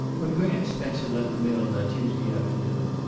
when graham spencer left the mill that tuesday afternoon,